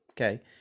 Okay